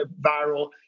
viral